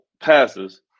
passes